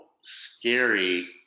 scary